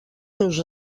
seus